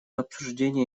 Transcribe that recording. обсуждение